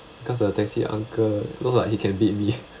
because the taxi uncle look like he can beat me